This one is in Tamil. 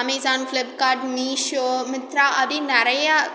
அமேசான் ஃபிளிப்கார்ட் மீசோ மித்ரா அப்படீன்னு நிறையா